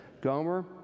Gomer